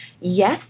yes